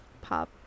pop